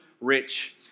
Rich